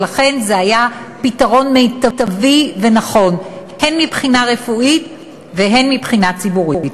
ולכן זה היה פתרון מיטבי ונכון מבחינה רפואית מבחינה ציבורית.